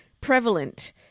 prevalent